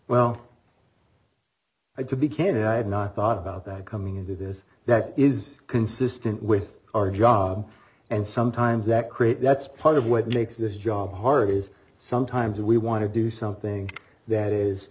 well i to be candid i had not thought about that coming into this that is consistent with our job and sometimes that creates that's part of what makes this job hard is sometimes we want to do something that is